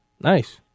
Nice